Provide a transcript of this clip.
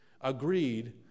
agreed